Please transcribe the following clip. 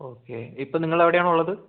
okay ഇപ്പോൾ നിങ്ങളെവിടെയാണുള്ളത്